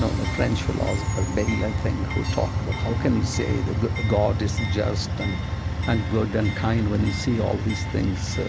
ah the french philosopher, bayle, i think, who talked about how can you say that god is just and and good and kind when you see all these things, so